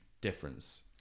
difference